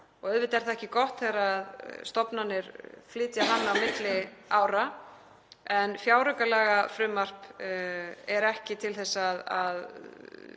og auðvitað er það ekki gott þegar stofnanir flytja hann á milli ára. En fjáraukalagafrumvarp er ekki til þess að